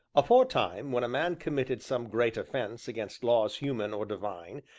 aforetime, when a man committed some great offence against laws human or divine,